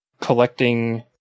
collecting